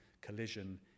collision